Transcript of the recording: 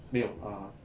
没有 err